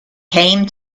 came